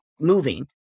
moving